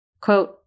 Quote